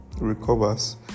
recovers